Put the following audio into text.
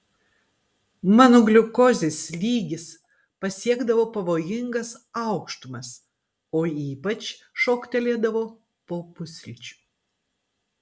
mano gliukozės lygis pasiekdavo pavojingas aukštumas o ypač šoktelėdavo po pusryčių